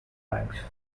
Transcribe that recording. banks